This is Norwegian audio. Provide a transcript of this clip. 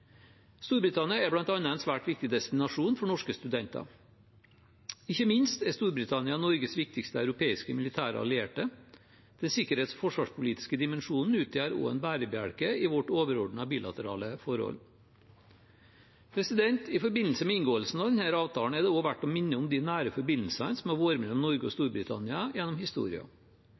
Storbritannia. Storbritannia er bl.a. en svært viktig destinasjon for norske studenter. Ikke minst er Storbritannia Norges viktigste europeiske militære allierte. Den sikkerhets- og forsvarspolitiske dimensjonen utgjør også en bærebjelke i vårt overordnede bilaterale forhold. I forbindelse med inngåelsen av denne avtalen er det også verdt å minne om de nære forbindelsene som har vært mellom Norge og Storbritannia gjennom